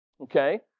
Okay